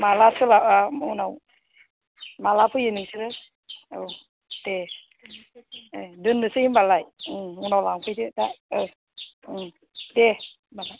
माला सोला ओ उनाव माला फैयो नोंसोरो औ दे ए दोननोसै होमबालाय उम उनाव लांफैदो दा औ उम दे होमबालाय